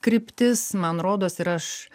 kryptis man rodos ir aš